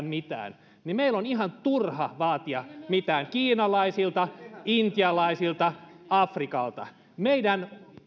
mitään niin meidän on ihan turha vaatia mitään kiinalaisilta intialaisilta afrikalta meidän